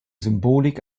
symbolik